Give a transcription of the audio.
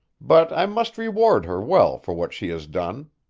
but i must reward her well for what she has done.